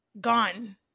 Gone